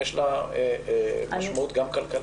יש לזה משמעות גם כלכלית.